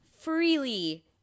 freely